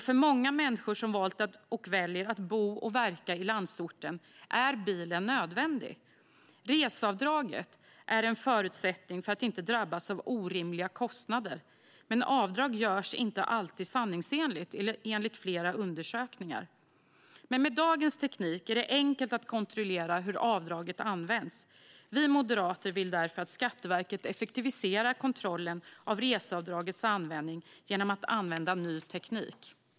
För många människor som valt och väljer att bo och verka i landsorten är bilen nödvändig. Reseavdraget är en förutsättning för att inte drabbas av orimliga kostnader, men avdrag görs inte alltid sanningsenligt, enligt flera undersökningar. Men med dagens teknik är det enkelt att kontrollera hur avdraget används. Vi moderater vill därför att Skatteverket effektiviserar kontrollen av reseavdragets användning genom att använda ny teknik.